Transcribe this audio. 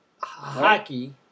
Hockey